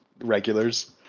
Regulars